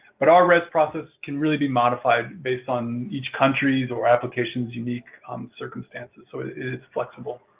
but our rez process can really be modified based on each country's or application's unique circumstances, so it is flexible.